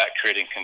creating